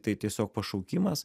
tai tiesiog pašaukimas